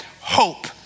hope